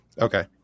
Okay